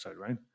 right